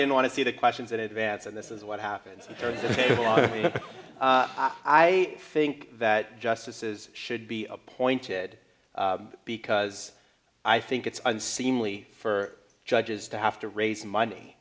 don't want to see the questions in advance and this is what happens in terms of i think that justice is should be appointed because i think it's unseemly for judges to have to raise money